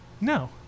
No